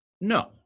No